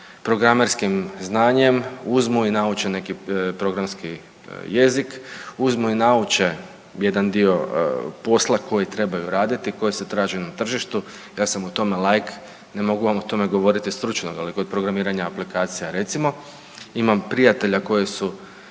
programerskim znanjem uzmu i nauče neki programski jezik, uzmu i nauče jedan dio posla koji trebaju raditi koji se traži na tržištu. Ja sam u tome laik ne mogu vam o tome govoriti stručno, ali kod programiranja aplikacija recimo imam prijatelja koji su